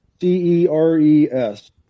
C-E-R-E-S